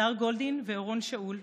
הדר גולדין ואורון שאול,